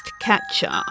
catcher